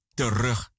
terug